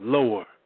Lower